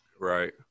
Right